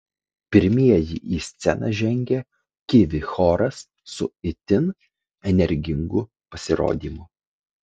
pirmieji į sceną žengė kivi choras su itin energingu pasirodymu